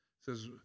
says